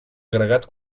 agregat